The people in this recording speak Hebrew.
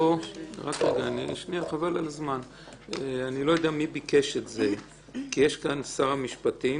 אני לא יודע מי ביקש את זה כי יש כאן שר המשפטים.